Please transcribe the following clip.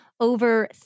Over